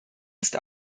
ist